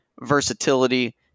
versatility